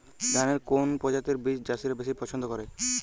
ধানের কোন প্রজাতির বীজ চাষীরা বেশি পচ্ছন্দ করে?